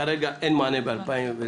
כרגע אין מענה לתש"פ.